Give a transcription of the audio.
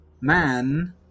man